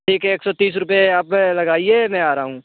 ठीक है एक सौ तीस रुपए आप लगाइए मैं आ रहा हूँ